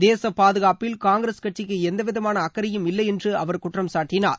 தேசப் பாதுகாப்பில் காங்கிரஸ் கட்சிக்கு எந்த விதமான அக்கறையும் இல்லை என்று அவர் குற்றம் சாட்டினார்